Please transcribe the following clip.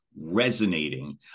resonating